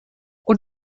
und